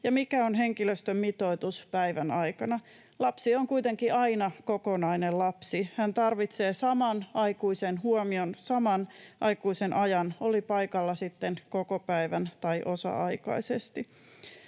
ja mikä on henkilöstömitoitus päivän aikana. Lapsi on kuitenkin aina kokonainen lapsi. Hän tarvitsee saman aikuisen huomion, saman aikuisen ajan, oli paikalla sitten koko päivän tai osa-aikaisesti.